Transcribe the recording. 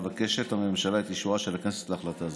מבקשת הממשלה את אישורה של הכנסת להחלטה זו.